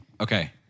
Okay